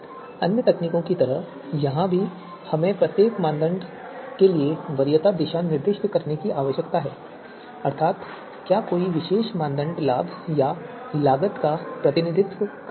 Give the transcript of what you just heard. अन्य तकनीकों की तरह यहां भी हमें प्रत्येक मानदंड के लिए वरीयता दिशा निर्दिष्ट करने की आवश्यकता है अर्थात क्या कोई विशेष मानदंड लाभ या लागत का प्रतिनिधित्व कर रहा है